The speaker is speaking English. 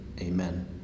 Amen